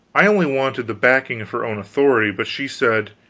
i only wanted the backing of her own authority but she said